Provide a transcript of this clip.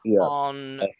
on